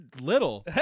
little